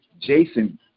jason